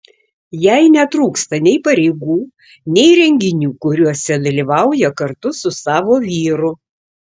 jai netrūksta nei pareigų nei renginių kuriuose dalyvauja kartu su savo vyru